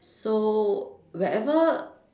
so wherever